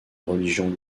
religion